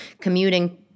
commuting